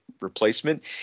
replacement